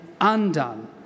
undone